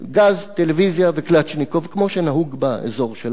גז, טלוויזיה וקלצ'ניקוב, כמו שנהוג באזור שלנו